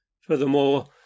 Furthermore